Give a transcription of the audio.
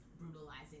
brutalizing